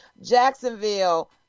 Jacksonville